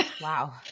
Wow